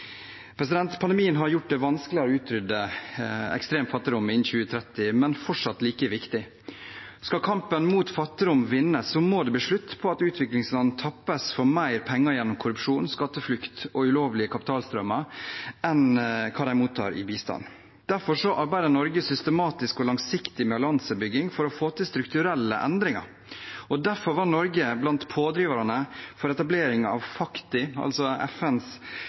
Pandemien har gjort det vanskeligere å utrydde ekstrem fattigdom innen 2030, men det er fortsatt like viktig. Skal kampen mot fattigdom vinnes, må det bli slutt på at utviklingsland tappes for mer penger gjennom korrupsjon, skatteflukt og ulovlige kapitalstrømmer enn det de mottar i bistand. Derfor arbeider Norge systematisk og langsiktig med alliansebygging for å få til strukturelle endringer, og derfor var Norge blant pådriverne for etableringen av FACTI, FNs